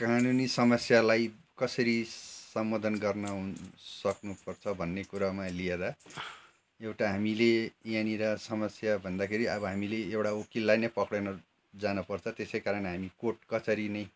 कानुनी समस्यालाई कसरी सम्बोधन गर्न हुन् सक्नुपर्छ भन्ने कुरोमा लिएर एउटा हामीले यहाँनिर समस्या भन्दाखेरि अब हामीले एउटा वकिललाई नै पक्रिन जानपर्छ त्यसैकारण हामी कोर्ट कचहरी नै